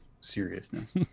seriousness